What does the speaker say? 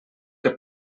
que